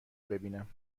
ببینم